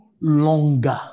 longer